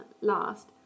last